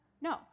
no